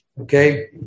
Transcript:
Okay